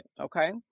Okay